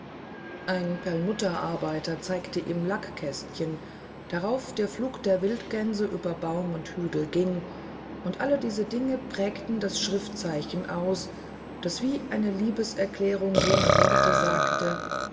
ein perlmutterarbeiter zeigte ihm lackkästchen darauf der flug der wildgänse über baum und hügel ging und alle diese dinge prägten das schriftzeichen aus das wie eine liebeserklärung jene worte sagte